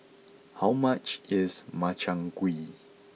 how much is Makchang Gui